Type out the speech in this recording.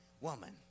woman